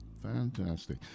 Fantastic